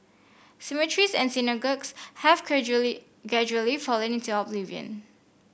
cemeteries and synagogues have gradually fallen into oblivion